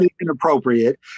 inappropriate